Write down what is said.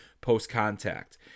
post-contact